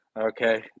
okay